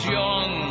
young